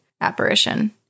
apparition